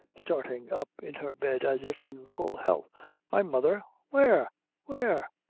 starting up in her bed, as if in full health my mother! where where?